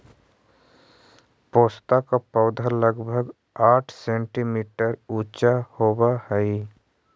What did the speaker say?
पोस्ता का पौधा लगभग साठ सेंटीमीटर ऊंचा होवअ हई